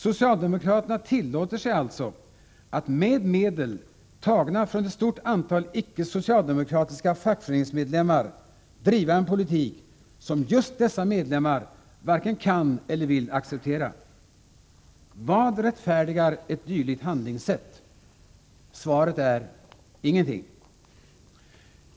Socialdemokraterna tillåter sig alltså att med medel tagna från ett stort antal ickesocialdemokratiska fackföreningsmedlemmar driva en politik som just dessa medlemmar varken kan eller vill acceptera. Vad rättfärdigar ett dylikt handlingssätt? Svaret är: Ingenting!